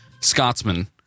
Scotsman